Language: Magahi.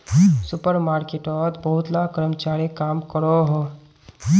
सुपर मार्केटोत बहुत ला कर्मचारी काम करोहो